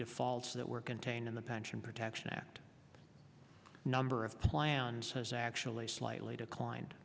defaults that were contained in the pension protection act number of plans has actually slightly declined